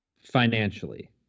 financially